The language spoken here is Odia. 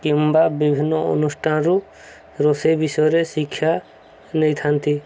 କିମ୍ବା ବିଭିନ୍ନ ଅନୁଷ୍ଠାନରୁ ରୋଷେଇ ବିଷୟରେ ଶିକ୍ଷା ନେଇଥାନ୍ତି